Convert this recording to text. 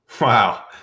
wow